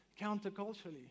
counterculturally